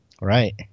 Right